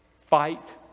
fight